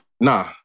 Nah